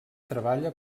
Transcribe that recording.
treballa